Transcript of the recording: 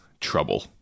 trouble